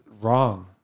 wrong